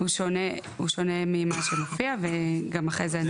הוא שונה ממה שמופיע וגם אחרי זה אני אגיד את זה.